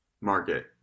market